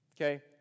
Okay